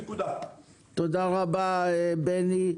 תודה רבה בני.